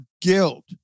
guilt